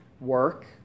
work